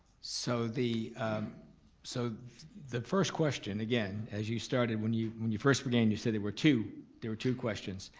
so, the so the first question, again, as you started when you when you first began, you said there were two, there were two questions,